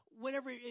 whenever